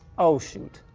oh, shoot.